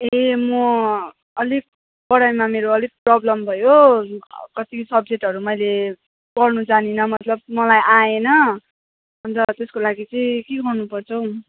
ए म अलिक पढाइमा मेरो अलिक प्रब्लम भयो कति सब्जेक्टहरू मैले पढ्नु जानिन मतलब मलाई आएन अन्त त्यसको लागि चाहिँ के गर्नु पर्छ हौ